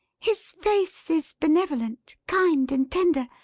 his face is benevolent, kind, and tender.